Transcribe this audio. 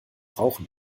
rauchen